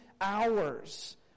hours